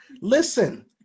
Listen